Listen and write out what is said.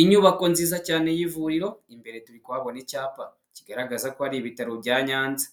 Inyubako nziza cyane y'ivuriro imbere turi kuhabona n'icyapa kigaragaza ko hari ibitaro bya Nyanza